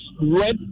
red